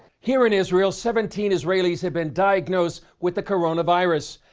here in israel, seventeen israelis have been diagnosed with the coronavirus.